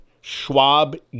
Schwab